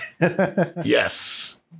Yes